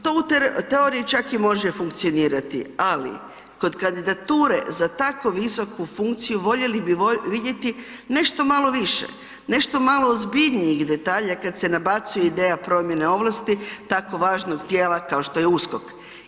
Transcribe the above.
To u teoriji čak i može funkcionirati, ali kod kandidature za tako visoku funkciju voljeli bi vidjeti nešto malo više, nešto malo ozbiljnijih detalja kad se nabacuje ideja promjene ovlasti tako važnog tijela kao što je USKOK.